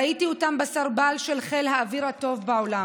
ראיתי אותם בסרבל של חיל האוויר הטוב בעולם.